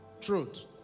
truth